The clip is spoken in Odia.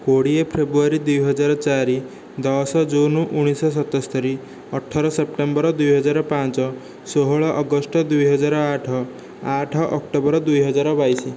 କୋଡ଼ିଏ ଫେବୃଆରୀ ଦୁଇହଜାର ଚାରି ଦଶ ଜୁନ ଉଣେଇଶହ ସତସ୍ତରୀ ଅଠର ସେପ୍ଟେମ୍ବର ଦୁଇହଜାର ପାଞ୍ଚ ଷୋହଳ ଅଗଷ୍ଟ ଦୁଇହଜାର ଆଠ ଆଠ ଅକ୍ଟୋବର ଦୁଇହଜାର ବାଇଶି